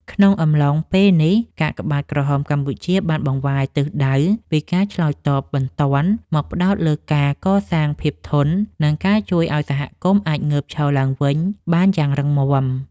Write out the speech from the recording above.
ក្នុងកំឡុងពេលនេះ កាកបាទក្រហមកម្ពុជាបានបង្វែរទិសដៅពីការឆ្លើយតបបន្ទាន់ មកផ្ដោតលើការកសាងភាពធន់ និងការជួយឱ្យសហគមន៍អាចងើបឈរឡើងវិញបានយ៉ាងរឹងមាំ។